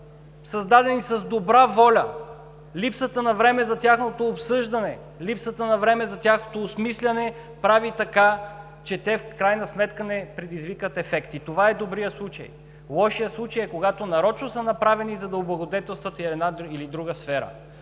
създадени с добра воля. Липсата на време за тяхното обсъждане, липсата на време за тяхното осмисляне, прави така, че те в крайна сметка не предизвикват ефект. И това е добрият случай. Лошият случай е, когато нарочно са направени, за да облагодетелстват една или друга сфера.